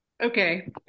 Okay